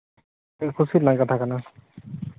ᱟᱹᱰᱤ ᱠᱩᱥᱤ ᱨᱮᱱᱟᱜ ᱠᱟᱛᱷᱟ ᱠᱟᱱᱟ